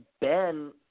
Ben